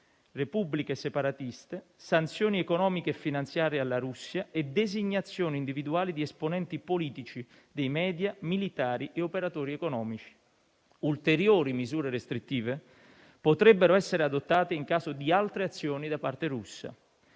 repubbliche separatiste, sanzioni economiche e finanziarie alla Russia e designazioni individuali di esponenti politici dei *media*, militari e operatori economici. Ulteriori misure restrittive potrebbero essere adottate in caso di altre azioni da parte russa.